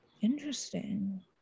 Interesting